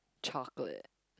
chocolate